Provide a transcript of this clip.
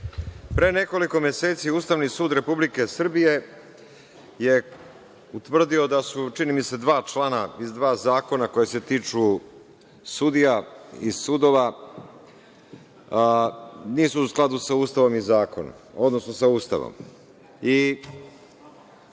Pre nekoliko meseci, Ustavni sud Republike Srbije je utvrdio da su, čini mi se, dva člana, iz dva zakona koja se tiču sudija i sudova, nisu u skladu sa Ustavom i zakonom. Odnosno sa Ustavom. To